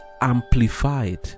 amplified